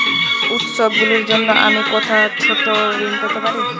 উত্সবগুলির জন্য আমি কোথায় ছোট ঋণ পেতে পারি?